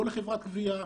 לא לחברת גביה,